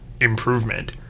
improvement